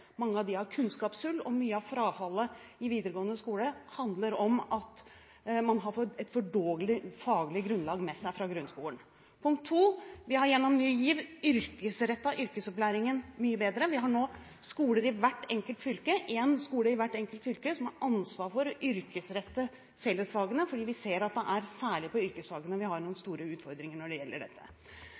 Mange av dem har kunnskapshull, og mye av frafallet i videregående skole handler om at man har et for dårlig faglig grunnlag med seg fra grunnskolen. Punkt to: Vi har gjennom Ny GIV yrkesrettet yrkesopplæringen mye bedre. Vi har nå skoler i hvert enkelt fylke – én skole i hvert enkelt fylke – som har ansvar for å yrkesrette fellesfagene, for vi ser at det er særlig på yrkesfagene vi har store utfordringer når det gjelder dette.